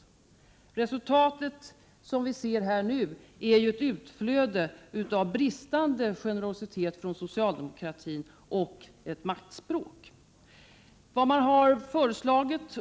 Det resultat vi nu ser är ett utflöde av bristande generositet från socialdemokratin och ett uttryck för maktspråk.